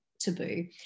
taboo